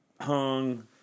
hung